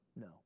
No